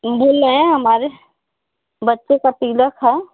बोल रहे हैं हमारे बच्चे का तिलक है